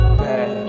bad